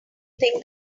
think